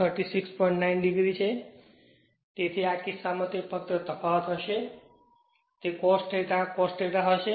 9 o છે તેથી આ કિસ્સામાં તે ફક્ત તફાવત હશે તે કોસ થેટા કોસ થેટા હશે